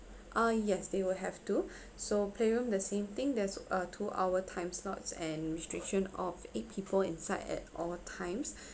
uh yes they will have to so play room the same thing there's a two hour time slots and restriction of eight people inside at all times